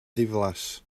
ddiflas